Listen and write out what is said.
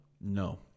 No